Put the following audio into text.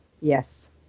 Yes